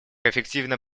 эффективно